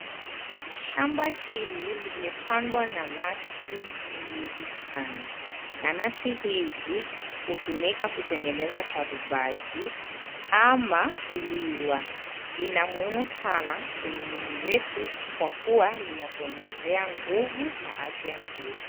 Shamba hili limepandwa nanasi nyingi sana. Nanasi hizi hutuika kutengeneza sharubati ama kuliwa. Lina umuhimu sana kwenye mwili wetu kwa kuwa linatuongezea nguvu na afya nzuri.